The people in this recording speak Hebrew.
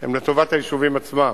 הם לטובת היישובים עצמם.